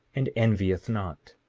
and envieth not,